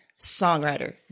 songwriter